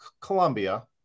Colombia